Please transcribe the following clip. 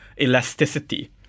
elasticity